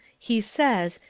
he says,